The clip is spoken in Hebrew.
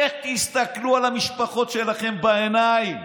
איך תסתכלו על המשפחות שלכם" בעיניים?